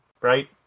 right